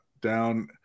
down